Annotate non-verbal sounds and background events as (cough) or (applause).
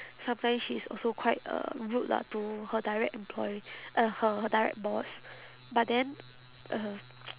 sometimes she is also quite uh rude lah to her direct employer uh her her direct boss but then uh (noise)